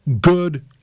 good